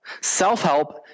Self-help